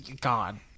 God